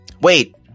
Wait